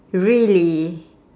really